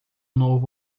novo